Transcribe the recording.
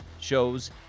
shows